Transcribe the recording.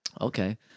Okay